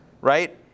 right